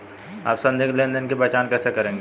आप संदिग्ध लेनदेन की पहचान कैसे करेंगे?